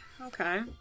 okay